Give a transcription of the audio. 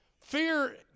Fear